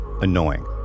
annoying